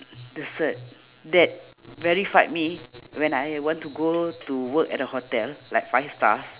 the cert that verified me when I want to go to work at a hotel like five stars